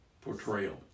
portrayal